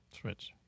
Switch